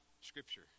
Scripture